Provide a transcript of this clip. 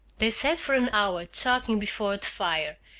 they sat for an hour talking before the fire,